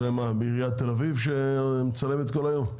זה מה, בעיריית תל אביב שמצלמת כל היום?